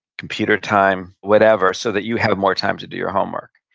computer time, whatever, so that you have more time to do your homework.